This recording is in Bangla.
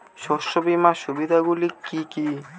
শস্য বিমার সুবিধাগুলি কি কি?